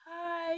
hi